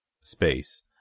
space